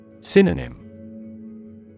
Synonym